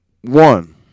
One